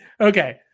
Okay